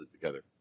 together